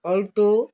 alto